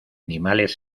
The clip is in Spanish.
animales